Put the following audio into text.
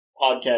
podcast